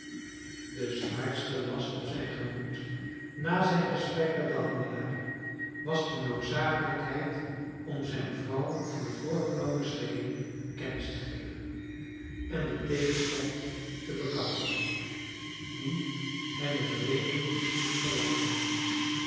de zwaarste last op zijn gemoed na zijn gesprek met den handelaar was de noodzakelijkheid om zijne vrouw van de voorgenomen schikking kennis te geven en den tegenstand te bekampen dien hij met reden moest verwachten